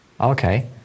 Okay